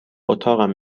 اتاقم